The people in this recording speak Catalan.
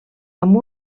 amb